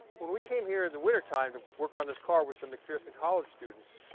when we came here in the winter time to work on this car with some mcpherson college students,